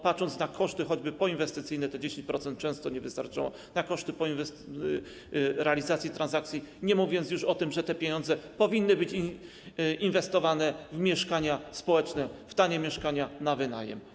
Patrząc choćby na koszty poinwestycyjne - te 10% często nie wystarczało na koszty realizacji transakcji, nie mówiąc już o tym, że te pieniądze powinny być inwestowane w mieszkania społeczne, w tanie mieszkania na wynajem.